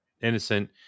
innocent